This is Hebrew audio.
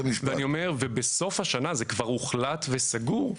--- בסוף השנה, זה כבר הוחלט וסגור,